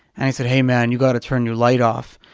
and he said, hey, man, you got to turn your light off,